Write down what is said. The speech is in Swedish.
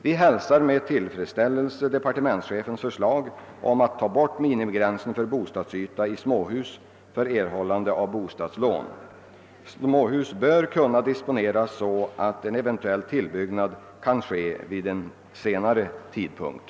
Vi hälsar med tillfredsställelse departementschefens förslag om borttagande av minimigränsen för bostadsyta i småhus för erhållande av bostadslån. Småhusen bör kunna disponeras så att en eventuell tillbyggnad kan ske vid en senare tidpunkt.